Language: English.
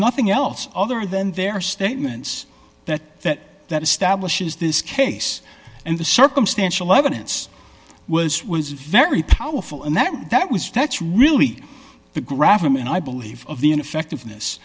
nothing else other than their statements that that establishes this case and the circumstantial evidence was was very powerful and that that was that's really the grab them and i believe of the ineffectiveness